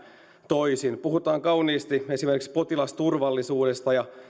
toisin puhutaan kauniisti esimerkiksi potilasturvallisuudesta ja